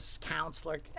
counselor